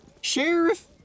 Sheriff